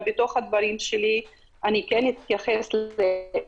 אבל בתוך הדברים שלי אני כן אתייחס לזה דרך